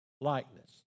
likeness